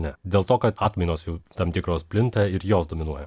ne dėl to kad atmainos jau tam tikros plinta ir jos dominuoja